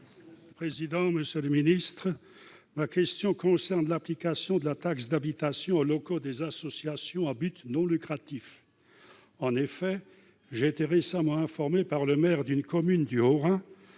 ministre de l'économie et des finances. Ma question concerne l'application de la taxe d'habitation aux locaux des associations à but non lucratif. J'ai été récemment informé par le maire d'une commune du Haut-Rhin